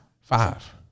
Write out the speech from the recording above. Five